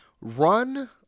run